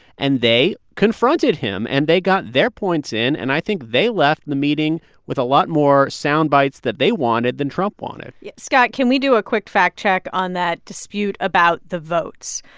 and they confronted him, and they got their points in. and i think they left the meeting with a lot more soundbites that they wanted than trump wanted scott, can we do a quick fact-check on that dispute about the votes?